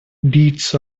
deeds